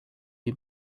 you